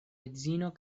edzino